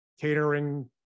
catering